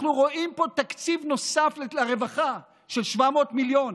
אנחנו רואים פה תקציב נוסף לרווחה של 700 מיליון.